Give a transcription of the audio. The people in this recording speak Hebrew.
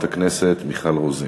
חברת הכנסת מיכל רוזין.